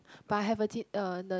but I have a